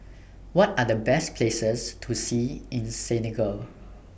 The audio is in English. What Are The Best Places to See in Senegal